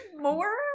more